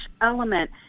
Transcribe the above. element